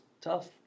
tough